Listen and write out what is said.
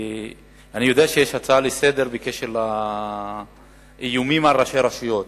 אני יודע שיש הצעה בעניין איומים על ראשי רשויות,